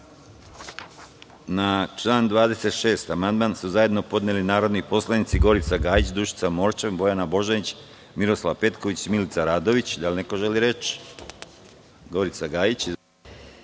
član 28. amandman su zajedno podneli narodni poslanici Gorica Gajić, Dušica Morčev, Bojana Božanić, Miroslav Petković i Milica Radović. Da li neko želi reč? (Ne)Na član 29.